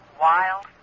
wild